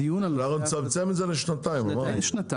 אנחנו נצמצמם את זה לשנתיים אמרנו.